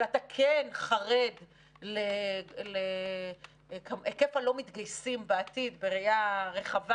אבל אתה כן חרד להיקף הלא מתגייסים בעתיד בראייה רחבה,